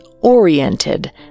oriented